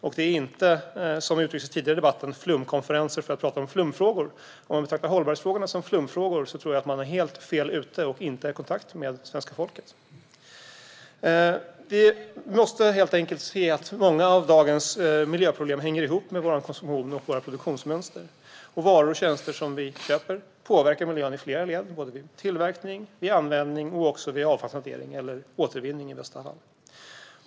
Det handlar inte om - som det uttrycktes tidigare i debatten - flumkonferenser för att prata om flumfrågor. Om man betraktar hållbarhetsfrågorna som flumfrågor är man helt fel ute och inte i kontakt med svenska folket. Vi måste helt enkelt se att många av dagens miljöproblem hänger ihop med vår konsumtion och våra produktionsmönster. Varor och tjänster som vi köper påverkar miljön i flera led, vid tillverkning, vid användning och vid avfallshantering - eller återvinning i bästa fall.